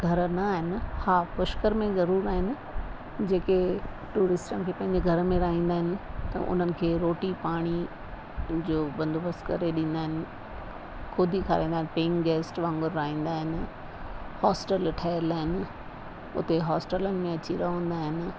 घर न आहिनि हा पुष्कर में ज़रूर आहिनि जेके टूरिस्टनि खे पंहिंजे घर में रिहाईंदा आहिनि त उन्हनि खे रोटी पाणी जो बंदोबस्त करे ॾींदा आहिनि ख़ुदि ई खाराईंदा आहिनि पेइंग गेस्ट वांगुरु रिहाईंदा आहिनि हॉस्टल ठहियलु आहिनि हुते हॉस्टलनि में अची रहंदा आहिनि